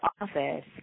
office